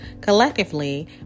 collectively